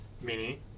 mini